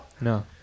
no